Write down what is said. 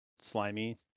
Slimy